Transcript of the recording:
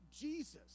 Jesus